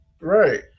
Right